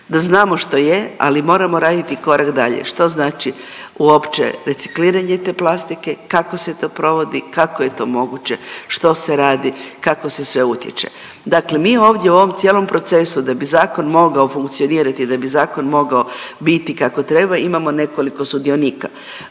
da znamo što je, ali moramo raditi i korak dalje, što znači uopće recikliranje te plastike, kako se to provodi, kako je to moguće, što se radi, kako se sve utječe. Dakle, mi ovdje u ovom cijelom procesu da bi zakon mogao funkcionirati i da bi zakon mogao biti kako treba, imamo nekoliko sudionika.